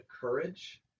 courage